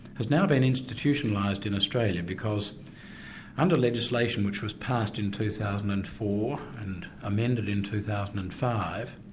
has now been institutionalised in australia, because under legislation which was passed in two thousand and four, and amended in two thousand and five,